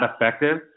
effective